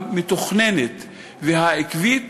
המתוכננת והעקבית